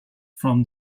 from